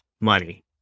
money